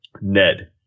ned